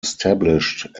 established